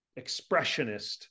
expressionist